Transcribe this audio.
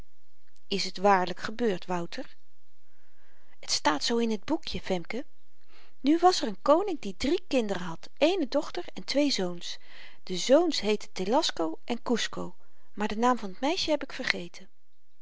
is t waarlyk gebeurd wouter het staat zoo in t boekje femke nu was er een koning die drie kinderen had eene dochter en twee zoons de zoons heetten telasco en kusco maar den naam van t meisje heb ik vergeten